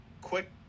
quick